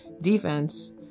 defense